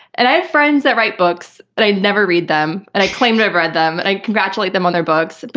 and i have friends that write books, but i never read them, and i claim to have read them and i congratulate them on their books,